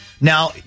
Now